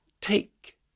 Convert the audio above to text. take